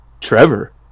trevor